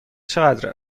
چقدر